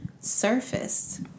surfaced